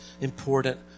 important